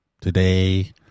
today